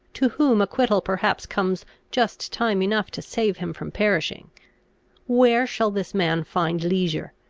to whom acquittal perhaps comes just time enough to save him from perishing where shall this man find leisure,